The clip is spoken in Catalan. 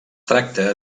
tracta